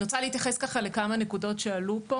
אני רוצה להתייחס לכמה נקודות שעלו פה.